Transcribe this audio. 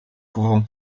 głową